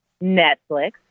Netflix